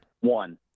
One